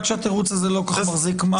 רק שהתירוץ הזה לא כל כך מחזיק מים